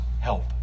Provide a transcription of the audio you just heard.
help